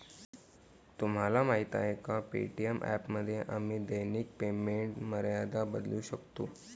तुम्हाला माहीत आहे का पे.टी.एम ॲपमध्ये आम्ही दैनिक पेमेंट मर्यादा बदलू शकतो?